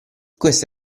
questo